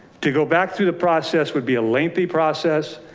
to go back through the process would be a lengthy process.